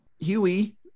huey